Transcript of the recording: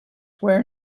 where